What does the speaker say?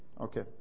Okay